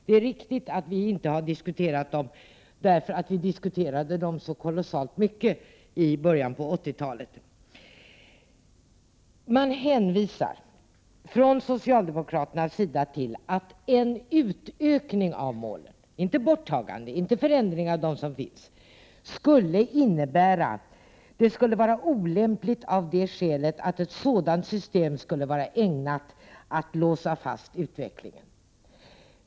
Det är riktigt att vi inte har diskuterat de frågor som han nämnde, men vi diskuterade dem kolossalt mycket i början av 1980-talet. Socialdemokraterna hänvisar till att en utökning av målen — inte ett borttagande av målen och inte förändringar av dem — skulle vara olämplig av det skälet att den skulle låsa fast utvecklingen.